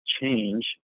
change